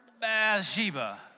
Bathsheba